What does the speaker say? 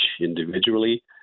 individually